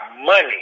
money